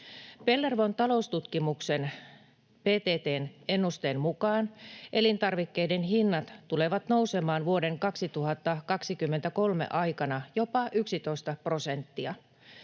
Pellervon taloustutkimuksen PTT:n ennusteen mukaan elintarvikkeiden hinnat tulevat nousemaan vuoden 2023 aikana jopa 11 prosenttia.